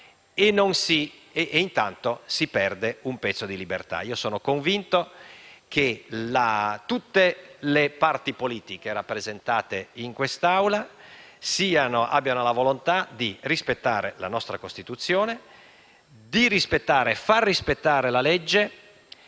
e intanto si perde un pezzo di libertà. Sono convinto che tutte le parti politiche rappresentate in quest'Assemblea abbiano la volontà di rispettare la nostra Costituzione, rispettare e far rispettare la legge